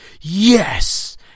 yes